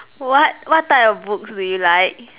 what what type of books would you like